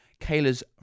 Kayla's